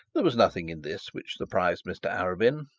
there was nothing in this which surprised mr arabin.